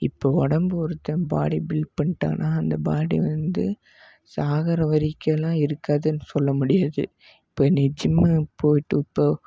இப்போ உடம்பு ஒருத்தன் பாடி பில்ட் பண்ணிட்டானா அந்த பாடி வந்து சாகிற வரைக்கும்லாம் இருக்காதுன்னு சொல்லமுடியாது இப்போ நீ ஜிம்மு போயிட்டு இப்போது